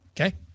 Okay